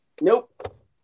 Nope